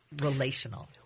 relational